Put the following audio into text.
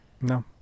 no